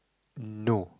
no